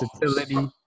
versatility